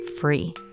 free